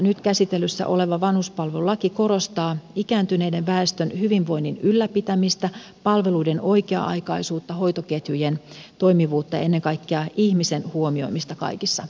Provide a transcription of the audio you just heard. nyt käsittelyssä oleva vanhuspalvelulaki korostaa ikääntyneen väestön hyvinvoinnin ylläpitämistä palveluiden oikea aikaisuutta hoitoketjujen toimivuutta ja ennen kaikkea ihmisen huomioimista kaikissa tilanteissa